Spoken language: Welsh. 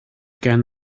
gan